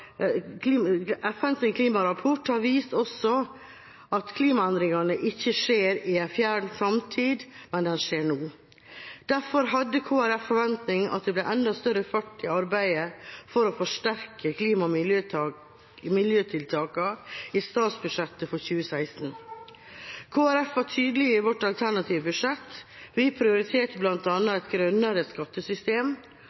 klimarapport har også vist at klimaendringene ikke skjer i en fjern fremtid, men de skjer nå. Derfor hadde Kristelig Folkeparti en forventning om at det ble enda større fart i arbeidet med å forsterke klima- og miljøtiltakene i statsbudsjettet for 2016. Kristelig Folkeparti var tydelig i sitt alternative budsjett. Vi prioriterte bl.a. et grønnere skattesystem.